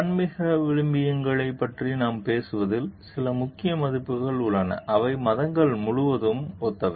ஆன்மீக விழுமியங்களைப் பற்றி நாம் பேசுவதில் சில முக்கிய மதிப்புகள் உள்ளன அவை மதங்கள் முழுவதும் ஒத்தவை